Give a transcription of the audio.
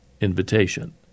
invitation